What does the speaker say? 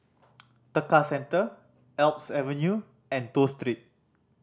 Tekka Centre Alps Avenue and Toh Street